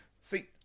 See